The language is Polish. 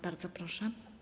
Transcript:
Bardzo proszę.